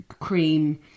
cream